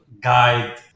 guide